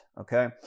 okay